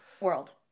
World